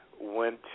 went